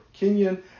Kenyan